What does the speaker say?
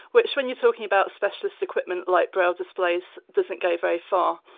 which when you're talking about specialist equipment like braille displays doesn't go very far.